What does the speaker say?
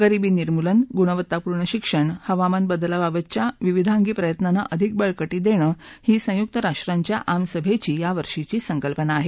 गरिबी निर्मूलन गुणवत्तापूर्ण शिक्षण हवामान बदलाबाबतच्या विविधांगी प्रयत्नांना अधिक बळकटी देणं ही संयुक्त राष्ट्रांच्या आमसभेची यावर्षींची संकल्पना आहे